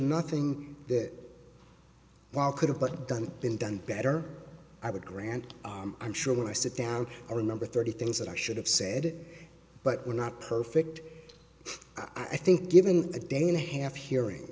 nothing that while could have but done been done better i would grant i'm sure when i sit down i remember thirty things that i should have said but we're not perfect i think given a day and a half hearing